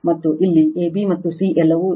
ಮತ್ತು ಇಲ್ಲಿ a b ಮತ್ತು cಎಲ್ಲವೂ ದ್ರವ್ಯರಾಶಿ